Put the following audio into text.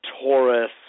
Taurus